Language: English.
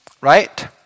right